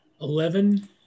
eleven